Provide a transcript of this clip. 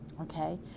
Okay